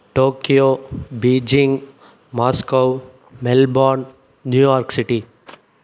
Tokyo Beijing Moscow Melbourne New York city